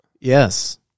Yes